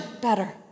better